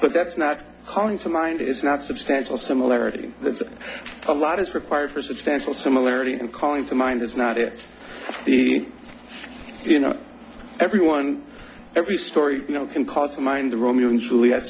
but that's not calling to mind it's not substantial similarity it's a lot is required for substantial similarity and calling to mind is not it you know everyone every story you know can cause mind to romeo and juliet